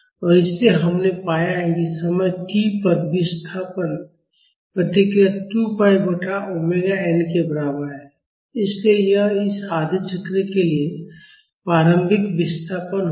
और इसलिए हमने पाया है कि समय t पर विस्थापन प्रतिक्रिया 2 पाई बटा ओमेगा n के बराबर है इसलिए यह इस आधे चक्र के लिए प्रारंभिक विस्थापन होगा